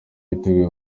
yiteguye